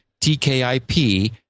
tkip